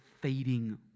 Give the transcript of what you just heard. fading